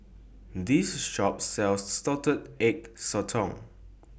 This Shop sells Salted Egg Sotong